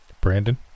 Brandon